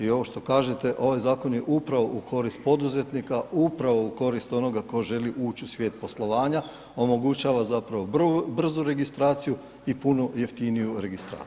I ovo što kažete ovaj zakon je upravo u korist poduzetnika, upravo u korist onoga tko želi ući u svijet poslovanja, omogućava zapravo brzu registraciju i puno jeftiniju registraciju.